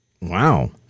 Wow